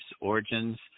origins